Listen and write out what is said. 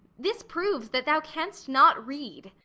this proves that thou canst not read.